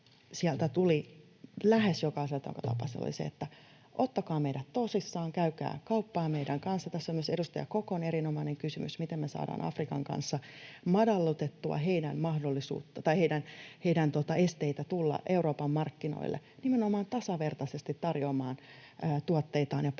jonka tapasin, oli se, että ottakaa meidät tosissaan, käykää kauppaa meidän kanssamme. Tässä oli myös edustaja Kokon erinomainen kysymys siitä, miten me saadaan Afrikan kanssa madallettua heidän esteitään tulla Euroopan markkinoille nimenomaan tasavertaisesti tarjoamaan tuotteitaan ja palveluitaan.